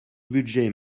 budget